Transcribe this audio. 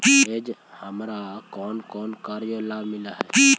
hedge हमारा कौन कौन कार्यों ला मिलई हे